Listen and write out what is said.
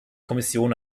kommission